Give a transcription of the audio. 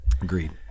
Agreed